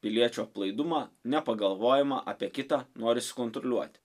piliečio aplaidumą nepagalvojimą apie kitą norisi kontroliuoti